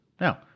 Now